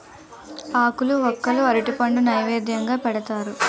ఆకులు వక్కలు అరటిపండు నైవేద్యంగా పెడతారు